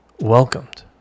welcomed